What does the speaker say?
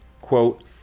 Quote